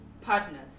partners